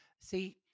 See